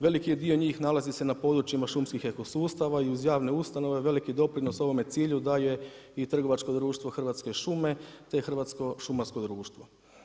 Veliki dio njih nalazi se na područjima šumskih eko sustava i uz javne ustanove veliki doprinos ovome cilju daje i trgovačko društvo Hrvatske šume, te Hrvatsko šumarsko društvo.